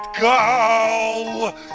go